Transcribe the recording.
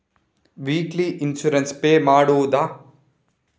Weekly insurance pay ಮಾಡುವುದ?